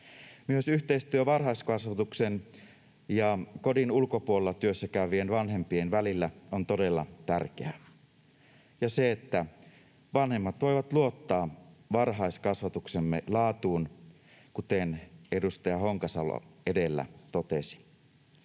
Myös yhteistyö varhaiskasvatuksen ja kodin ulkopuolella työssä käyvien vanhempien välillä on todella tärkeää — ja se, että vanhemmat voivat luottaa varhaiskasvatuksemme laatuun, kuten edustaja Honkasalo edellä totesi.